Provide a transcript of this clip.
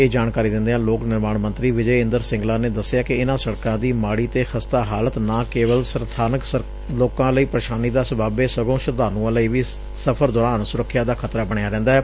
ਇਹ ਜਾਣਕਾਰੀ ਦਿੰਦਿਆਂ ਲੋਕ ਨਿਰਮਾਣ ਮੰਤਰੀ ਵਿਜੈ ਇੰਦਰ ਸਿੰਗਲਾ ਨੇ ਦੱਸਿਆ ਕਿ ਇਨਾਂ ਸੜਕਾਂ ਦੀ ਮਾੜੀ ਤੇ ਖ਼ਸਤਾ ਹਾਲਤ ਨਾ ਕੇਵਲ ਸਬਾਨਕ ਲੋਕਾਂ ਲਈ ਪ੍ਰੇਸ਼ਾਨੀ ਦਾ ਸਬੱਬ ਏ ਸਗੋਂ ਸ਼ਰਧਾਲੂਆਂ ਲਈ ਵੀ ਸਫ਼ਰ ਦੌਰਾਨ ਸੁਰੱਖਿਆ ਦਾ ਖ਼ਤਰਾ ਬਣਿਆ ਰਹਿੰਦੈ